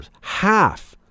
half